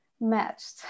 matched